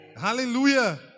Hallelujah